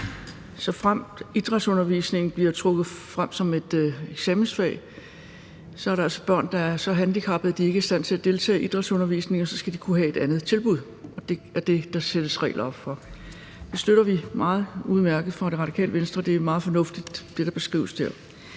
Såfremt idrætsundervisningen bliver trukket frem som et eksamensfag, er der altså børn, der er så handicappede, at de ikke er i stand til at deltage i idrætsundervisningen, og så skal de kunne få et andet tilbud. Og det er det, der sættes regler op for. Det støtter vi meget fra Det Radikale Venstre. Det er meget fornuftigt, hvad der beskrives her.